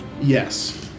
Yes